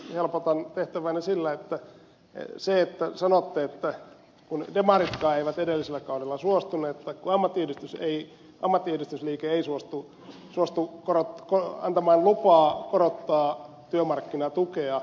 siihen nyt ei riitä vastaukseksi helpotan tehtäväänne se että sanotte että kun demaritkaan eivät edellisellä kaudella suostuneet tai kun ammattiyhdistysliike ei suostu antamaan lupaa korottaa työmarkkinatukea